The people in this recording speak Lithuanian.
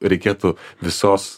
reikėtų visos